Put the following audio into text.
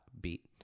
beat